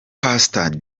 pastor